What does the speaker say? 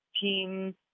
team